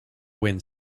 wind